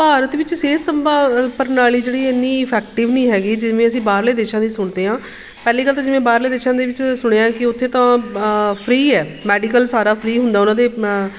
ਭਾਰਤ ਵਿੱਚ ਸਿਹਤ ਸੰਭਾਲ ਅ ਪ੍ਰਣਾਲੀ ਜਿਹੜੀ ਇੰਨੀ ਇਫੈਕਟਿਵ ਨਹੀਂ ਹੈਗੀ ਜਿਵੇਂ ਅਸੀਂ ਬਾਹਰਲੇ ਦੇਸ਼ਾਂ ਦੀ ਸੁਣਦੇ ਹਾਂ ਪਹਿਲੀ ਗੱਲ ਤਾਂ ਜਿਵੇਂ ਬਾਹਰਲੇ ਦੇਸ਼ਾਂ ਦੇ ਵਿੱਚ ਸੁਣਿਆ ਕਿ ਉੱਥੇ ਤਾਂ ਫ਼ਰੀ ਹੈ ਮੈਡੀਕਲ ਸਾਰਾ ਫ਼ਰੀ ਹੁੰਦਾ ਉਹਨਾਂ ਦੇ